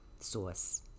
Source